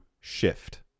shift